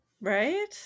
right